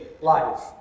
life